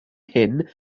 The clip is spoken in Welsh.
hyn